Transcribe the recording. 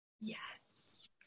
yes